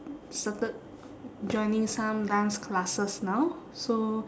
started joining some dance classes now so